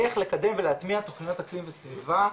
איך לקדם ולהטמיע תוכניות אקלים וסביבה,